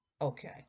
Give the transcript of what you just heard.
Okay